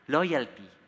Loyalty